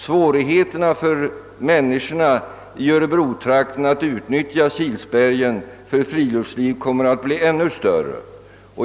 Svårigheterna för människorna i Örebro-trakten att utnyttja Kilsbergen för friluftsliv blir ännu större.